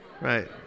right